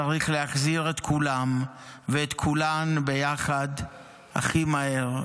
צריך להחזיר את כולם ואת כולן ביחד הכי מהר,